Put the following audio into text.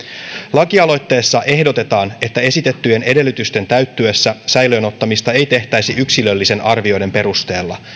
lakialoitteessa ehdotetaan että esitettyjen edellytysten täyttyessä säilöön ottamista ei tehtäisi yksilöllisten arvioiden perusteella